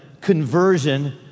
conversion